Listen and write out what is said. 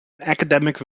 academic